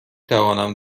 توانم